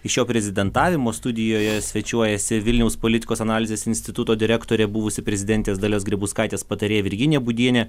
iš jo prezidentavimo studijoje svečiuojasi vilniaus politikos analizės instituto direktorė buvusi prezidentės dalios grybauskaitės patarėja virginija būdienė